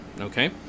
okay